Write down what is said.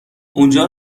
اونجا